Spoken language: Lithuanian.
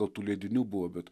gal tų leidinių buvo bet